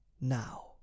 Now